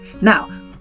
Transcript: now